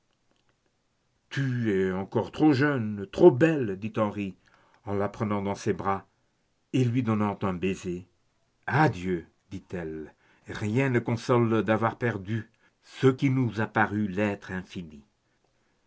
tu es encore trop jeune trop belle dit henri en la prenant dans ses bras et lui donnant un baiser adieu dit-elle rien ne console d'avoir perdu ce qui nous a paru être